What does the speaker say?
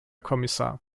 kommissar